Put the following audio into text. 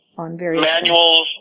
Manuals